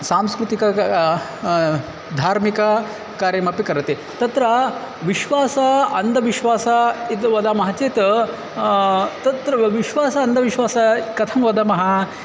सांस्कृतिकं धार्मिकं कार्यमपि करोति तत्र विश्वासः अन्धविश्वासः इति वदामः चेत् तत्र विश्वासः अन्धविश्वासः कथं वदामः